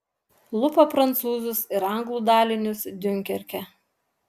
lupa prancūzus ir anglų dalinius diunkerke